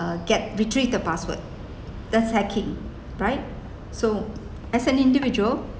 uh get retrieve the password that's hacking right so as an individual